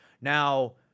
Now